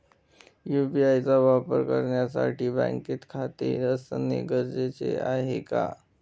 UPI चा वापर करण्यासाठी बँकेत खाते असणे गरजेचे आहे का?